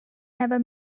never